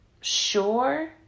sure